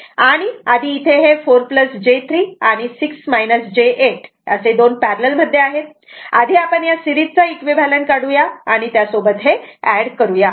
आणि आधी इथे हे 4 j 3 आणि 6 j 8 दोन पॅरलल मध्ये आहेत आधी आपण या सेरीज चा इक्विव्हॅलंट काढूया आणि त्यासोबत हे ऍड करूया